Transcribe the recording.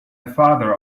father